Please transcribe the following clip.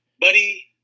Buddy